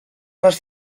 les